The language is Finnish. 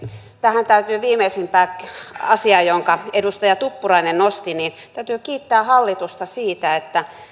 tähän viimeisimpään asiaan jonka edustaja tuppurainen nosti täytyy kiittää hallitusta siitä että